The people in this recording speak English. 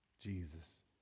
Jesus